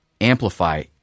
Amplify